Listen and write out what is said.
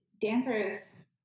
dancers